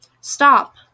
Stop